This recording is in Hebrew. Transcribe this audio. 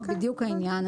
זה בדיוק העניין.